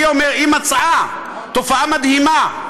היא מצאה תופעה מדהימה.